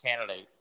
candidate